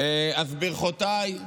אז ברכותיי,